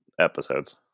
episodes